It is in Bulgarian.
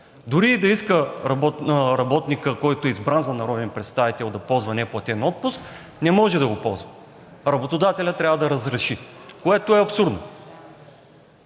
Дори и да иска работникът, който е избран за народен представители да ползва неплатен отпуск не може да го ползва. Работодателят трябва да разреши, което е абсурдно.